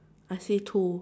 I see two